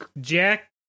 Jack